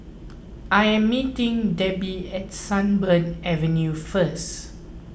I am meeting Debbi at Sunbird Avenue first